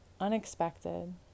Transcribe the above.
unexpected